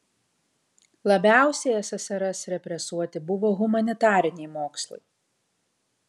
labiausiai ssrs represuoti buvo humanitariniai mokslai